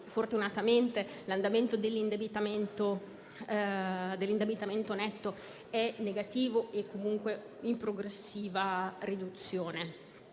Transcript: fortunatamente l'andamento dell'indebitamento netto è negativo e comunque in progressiva riduzione.